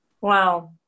wow